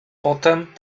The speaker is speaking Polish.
potem